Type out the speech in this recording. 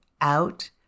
out